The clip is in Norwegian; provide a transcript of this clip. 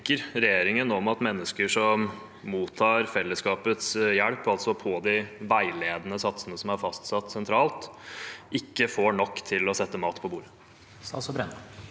Hva tenker regjeringen om at mennesker som mottar fellesskapets hjelp, altså etter de veiledende satsene som er fastsatt sentralt, ikke får nok til å sette mat på bordet?